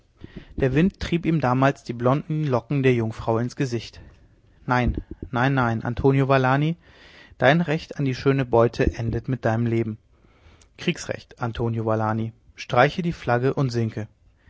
der wind trieb ihm damals die blonden locken der jungfrau in das gesicht nein nein nein antonio valani dein recht an die schöne beute endet mit deinem leben kriegsrecht antonio valani streiche die flagge und sinke